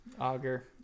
auger